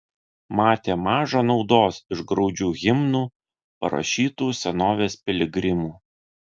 matė maža naudos iš graudžių himnų parašytų senovės piligrimų